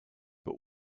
but